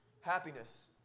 Happiness